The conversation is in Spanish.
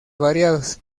variados